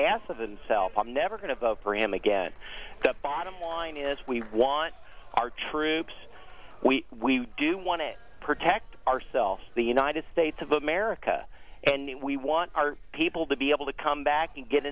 himself i'm never going to vote for him again the bottom line is we want our troops we do want to protect ourselves the united states of america and we want our people to be able to come back and get